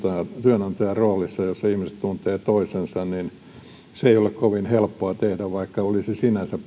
työnantajan roolissa pienellä paikkakunnalla jossa ihmiset tuntevat toisensa niin se ei ole kovin helppoa tehdä vaikka olisi sinänsä